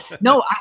No